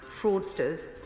fraudsters